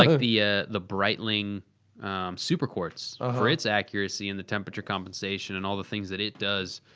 like the ah the breitling superquartz ah for its accuracy and the temperature compensation and all the things that it does.